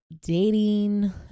dating